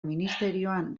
ministerioan